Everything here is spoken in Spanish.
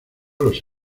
los